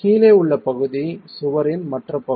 கீழே உள்ள பகுதி சுவரின் மற்ற பகுதி